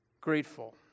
grateful